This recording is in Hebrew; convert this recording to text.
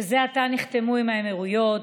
שזה עתה נחתמו עם האמירויות,